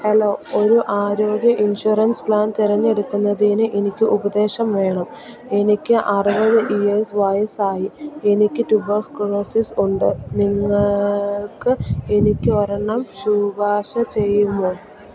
hello ഒരു ആരോഗ്യ insurance plan തെരഞ്ഞെടുക്കുന്നതിന് എനിക്ക് ഉപദേശം വേണം എനിക്ക് അറുപത് ഇയേർസ് വയസ്സായി എനിക്ക് ടുബോക്സ്കുലോസിസ് ഉണ്ട് നിങ്ങൾ എനിക്ക് ഒരെണ്ണം ശുപാർശ ചെയ്യുമോ